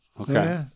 Okay